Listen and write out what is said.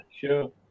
Sure